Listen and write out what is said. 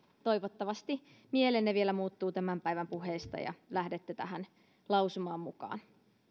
toivottavasti mielenne vielä muuttuu tämän päivän puheista ja lähdette tähän lausumaan mukaan